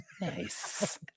Nice